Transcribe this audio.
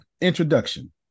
introduction